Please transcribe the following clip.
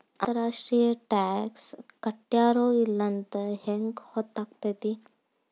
ಅಂತರ್ ರಾಷ್ಟ್ರೇಯ ಟಾಕ್ಸ್ ಕಟ್ಟ್ಯಾರೋ ಇಲ್ಲೊಂತ್ ಹೆಂಗ್ ಹೊತ್ತಾಕ್ಕೇತಿ?